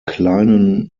kleinen